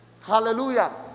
Hallelujah